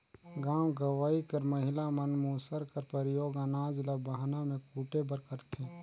गाँव गंवई कर महिला मन मूसर कर परियोग अनाज ल बहना मे कूटे बर करथे